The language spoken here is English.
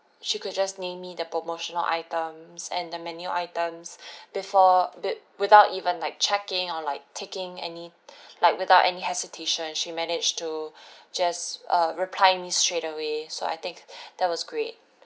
she could just name me the promotional items and the menu items before with without even like checking or like taking any like without any hesitation she managed to just uh reply me straight away so I think that was great